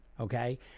okay